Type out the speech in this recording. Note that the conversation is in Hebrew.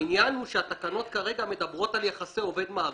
העניין הוא שהתקנות כרגע מדברות על יחסי עובד-מעביד.